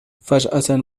فجأة